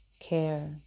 care